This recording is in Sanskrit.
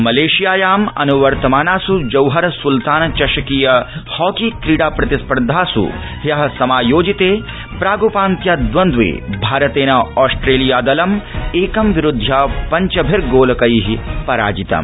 मलयेशियायाम् अनुवर्तमानास् जौहर सुल्तान चषकीय हॉकी क्रीडा प्रतिस्पर्धास् द्यः समायोजिते प्राग्पान्त्य द्वन्द्वे भारतेन ऑस्ट्रेलिया दलम् एकं विरुध्य पञ्चभिर्गोलकै पराजितम्